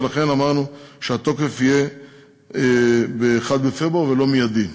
ולכן אמרנו שהתוקף יהיה מ-1 בפברואר ולא מיידית.